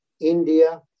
india